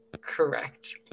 correct